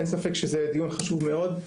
אין ספק שזה דיון חשוב מאוד.